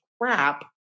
crap